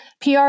PR